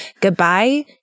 goodbye